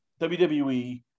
wwe